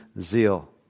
zeal